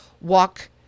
walk